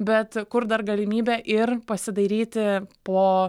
bet kur dar galimybė ir pasidairyti po